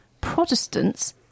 Protestants